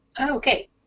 Okay